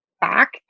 back